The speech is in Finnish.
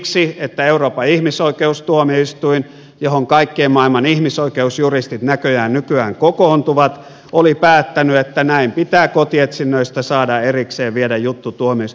siksi että euroopan ihmisoikeustuomioistuin johon kaiken maailman ihmisoikeusjuristit näköjään nykyään kokoontuvat oli päättänyt että näin pitää kotietsinnöistä saada erikseen viedä juttu tuomioistuimen käsiteltäväksi